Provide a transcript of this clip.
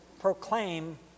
proclaim